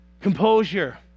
composure